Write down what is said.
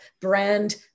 brand